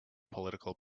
political